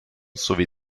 sowie